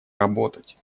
работать